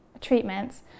treatments